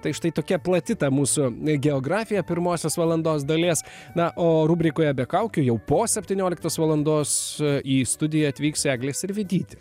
tai štai tokia plati ta mūsų geografija pirmosios valandos dalies na o rubrikoje be kaukių jau po septynioliktos valandos į studiją atvyks eglė sirvydytė